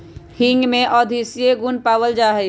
हींग में औषधीय गुण पावल जाहई